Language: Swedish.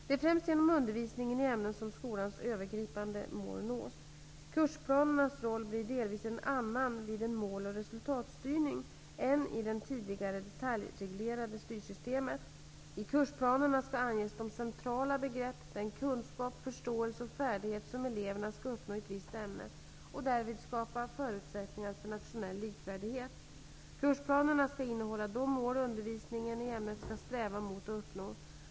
Det är främst genom undervisningen i ämnen som skolans övergripande mål nås. Kursplanernas roll blir delvis en annan vid en mål och resultatstyrning än i det tidigare detaljreglerade styrsystemet. I kursplanerna skall anges de centrala begrepp, den kunskap, förståelse och färdighet som eleverna skall uppnå i ett visst ämne och därvid skapa förutsättningar för nationell likvärdighet. Kursplanerna skall innehålla de mål undervisningen i ämnet skall sträva mot och uppnå.